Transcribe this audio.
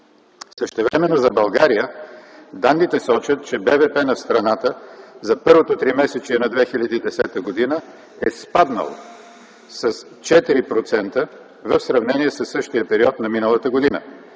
Същевременно за България данните сочат, че БВП на страната за първото тримесечие на 2010 г. е спаднал с 4% в сравнение със същия период на миналата година.